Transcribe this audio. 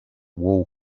wall